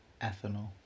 Ethanol